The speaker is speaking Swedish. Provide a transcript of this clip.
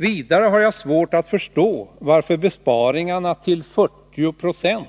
Vidare har jag svårt att förstå varför besparingarna till 40 96